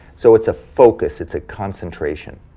so it's a focus, it's a concentration.